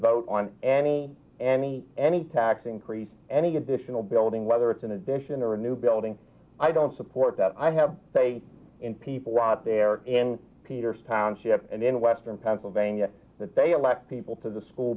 vote on any any any tax increase any additional building whether it's an addition or a new building i don't support that i have faith in people out there in peter's township and in western pennsylvania that they elect people to the school